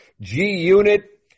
G-Unit